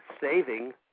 saving